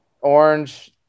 Orange